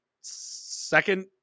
second